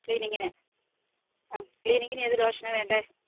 ക്ലീനിങ്ങിന് ആ ക്ലീനിങ്ങിനേത് ലോഷനാണ് വേണ്ടത്